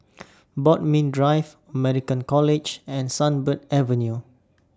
Bodmin Drive American College and Sunbird Avenue